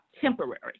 temporary